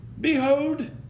Behold